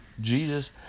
Jesus